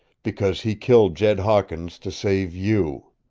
because he killed jed hawkins to save you.